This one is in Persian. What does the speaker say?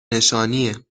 نشانیه